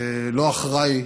לא אחראי